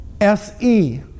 SE